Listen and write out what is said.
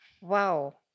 Wow